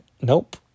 Nope